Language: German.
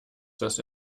dass